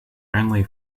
only